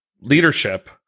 leadership